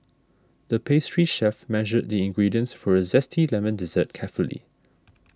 the pastry chef measured the ingredients for a Zesty Lemon Dessert carefully